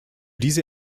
diese